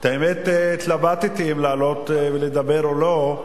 האמת היא שהתלבטתי אם לעלות ולדבר או לא,